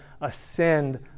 ascend